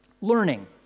Learning